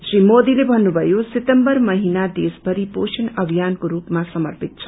री मोदीले भन्नुभयो सितम्बर महिना देशभरी पोषण अभियानको रूपमा समर्पित छ